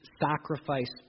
sacrifice